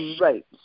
Right